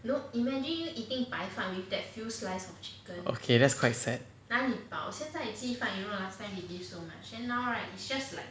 okay that's quite sad